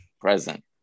present